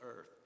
earth